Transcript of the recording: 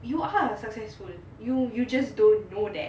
you are successful you you just don't know that